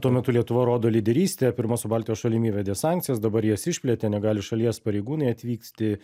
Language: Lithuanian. tuo metu lietuva rodo lyderystę pirma su baltijos šalim įvedė sankcijas dabar jas išplėtė negali šalies pareigūnai atvykti